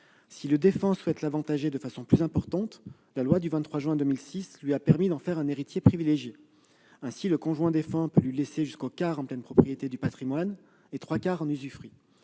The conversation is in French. Si le défunt souhaite l'avantager de façon plus importante, la loi du 23 juin 2006 lui a permis d'en faire un héritier privilégié. Ainsi, le conjoint défunt peut lui laisser jusqu'au quart en pleine propriété du patrimoine, et trois quarts en usufruit.